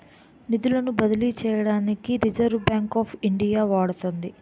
నిధులను బదిలీ చేయడానికి రిజర్వ్ బ్యాంక్ ఆఫ్ ఇండియా వాడుతుంది